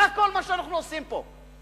זה כל מה שאנחנו עושים פה,